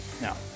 No